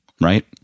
right